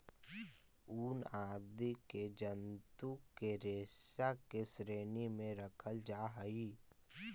ऊन आदि के जन्तु के रेशा के श्रेणी में रखल जा हई